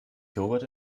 joghurt